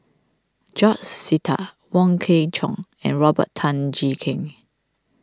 George Sita Wong Kwei Cheong and Robert Tan Jee Keng